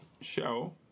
show